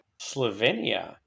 Slovenia